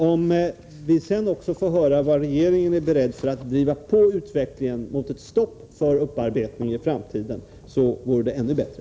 Om vi också får höra vad regeringen är beredd att göra för att driva på utvecklingen till ett stopp för framtida upparbetning vore det ännu bättre.